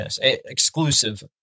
exclusive